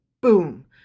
Boom